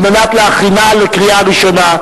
כדי להכינה לקריאה ראשונה.